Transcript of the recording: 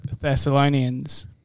Thessalonians